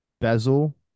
bezel